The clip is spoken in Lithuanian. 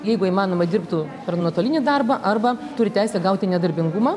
jeigu įmanoma dirbtų per nuotolinį darbą arba turi teisę gauti nedarbingumą